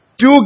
Two